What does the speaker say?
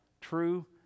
true